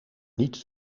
niet